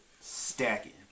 stacking